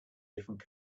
different